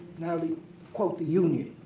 now the the union.